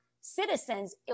citizens